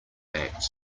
act